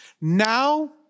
Now